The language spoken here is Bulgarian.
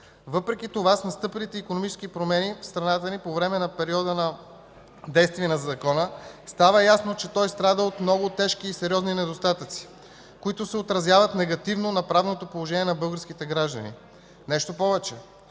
Въпреки това с настъпилите икономически промени в страната ни по време на периода на действие на Закона става ясно, че той страда от много тежки и сериозни недостатъци, които се отразяват негативно на правното положение на българските граждани. Нещо повече,